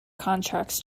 contracts